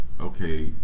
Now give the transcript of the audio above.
okay